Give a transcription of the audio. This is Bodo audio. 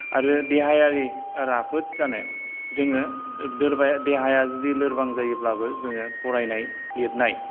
आरो देहायारि राफोद जानो जोङो दोरबाय देहाया जुदि लोरबां जायोब्लाबो जोङो फरायनाय लिरनाय